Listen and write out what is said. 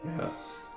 Yes